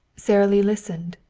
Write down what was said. sara lee listened,